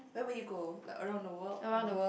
where will you go like around the world or